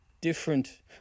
different